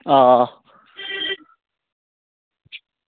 आं